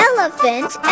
Elephant